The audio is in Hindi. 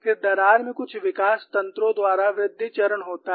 फिर दरार में कुछ विकास तंत्रों द्वारा वृद्धि चरण होता है